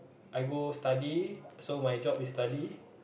I go study so my job is study